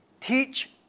teach